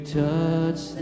touch